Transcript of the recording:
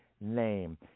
name